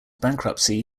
bankruptcy